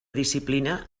disciplina